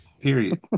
Period